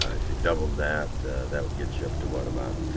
ah if you doubled that that get you up to what about